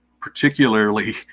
particularly